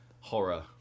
horror